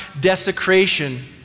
desecration